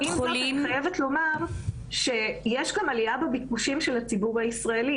חייבת לומר שיש גם עלייה בביקושים של הציבור הישראלי.